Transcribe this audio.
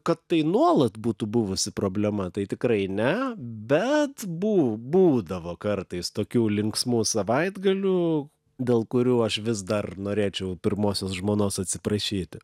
kad tai nuolat būtų buvusi problema tai tikrai ne bet bū būdavo kartais tokių linksmų savaitgalių dėl kurių aš vis dar norėčiau pirmosios žmonos atsiprašyti